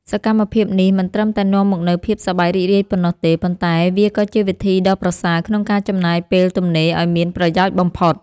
សកម្មភាពនេះមិនត្រឹមតែនាំមកនូវភាពសប្បាយរីករាយប៉ុណ្ណោះទេ ប៉ុន្តែវាក៏ជាវិធីដ៏ប្រសើរក្នុងការចំណាយពេលទំនេរឱ្យមានប្រយោជន៍បំផុត។